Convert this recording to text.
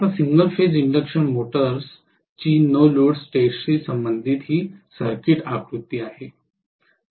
आता single phase induction motors ची no load टेस्टशी संबंधित ही सर्किट आकृती आहे